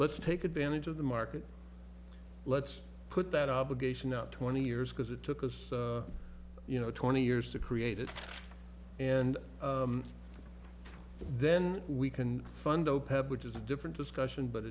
let's take advantage of the market let's put that obligation up twenty years because it took us you know twenty years to create it and then we can fund opap which is a different discussion but